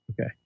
Okay